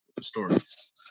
stories